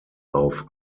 auf